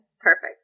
perfect